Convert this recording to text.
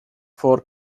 for